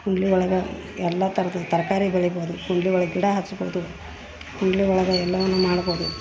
ಕುಂಡ್ಲಿ ಒಳಗೆ ಎಲ್ಲ ಥರದ್ ತರಕಾರಿ ಬೆಳೀಬೋದು ಕುಂಡ್ಲಿ ಒಳಗೆ ಗಿಡ ಹಚ್ಬೋದು ಕುಂಡ್ಲಿ ಒಳಗ ಎಲ್ಲವನ್ನು ಮಾಡ್ಬೋದು